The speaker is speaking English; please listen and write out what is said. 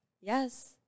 Yes